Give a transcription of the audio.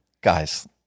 Guys